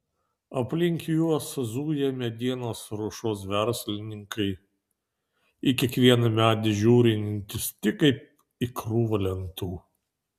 aplink juos zuja medienos ruošos verslininkai į kiekvieną medį žiūrintys tik kaip į krūvą lentų